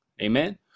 Amen